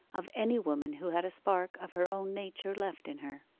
of any woman who had a spark of her own nature left in her.